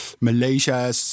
Malaysia